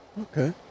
Okay